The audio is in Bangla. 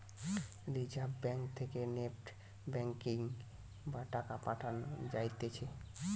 রিজার্ভ ব্যাঙ্ক থেকে নেফট ব্যাঙ্কিং বা টাকা পাঠান যাতিছে